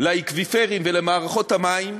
לאקוויפרים ולמערכות המים,